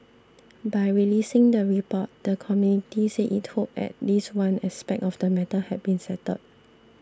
by releasing the report the committee said it hoped at least one aspect of the matter had been settled